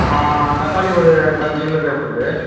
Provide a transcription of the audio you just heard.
தக்காளி ஒரு பதினஞ்சு கிலோ தேவைப்படுது